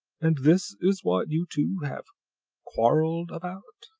and this is what you two have quarreled about?